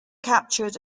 captured